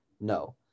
No